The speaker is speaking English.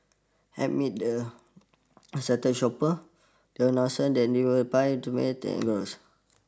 amid the excited shoppers they announcer that they would buy